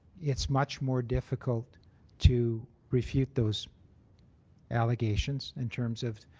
it's much more difficult to refute those allegations in terms of